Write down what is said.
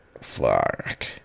Fuck